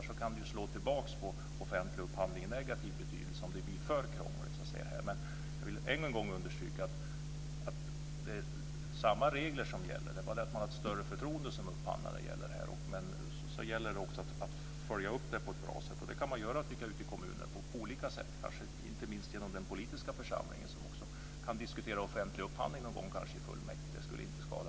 Det kan slå tillbaka på offentlig upphandling i negativ bemärkelse om det blir för krångligt. Men jag vill än en gång understryka att det är samma regler som gäller. Det är bara det att man har ett större förtroende som upphandlare när det gäller det här. Men det gäller också att följa upp det på ett bra sätt, och det kan man göra, tycker jag, ute i kommunerna på olika sätt, inte minst genom den politiska församlingen, som också kan diskutera offentlig upphandling någon gång i fullmäktige. Det skulle inte skada.